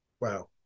Wow